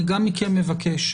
אני גם מכם מבקש.